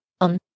On